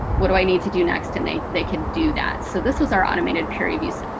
what do i need to do next, and they they can do that. so this was our automated peer reviews.